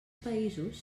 països